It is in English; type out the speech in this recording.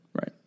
Right